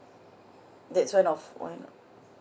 that's one of one